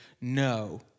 no